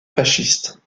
fasciste